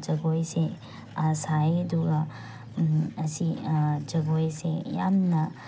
ꯖꯒꯣꯏꯁꯦ ꯁꯥꯏꯌꯦ ꯑꯗꯨꯨꯒ ꯑꯁꯤ ꯖꯒꯣꯏꯁꯦ ꯌꯥꯝꯅ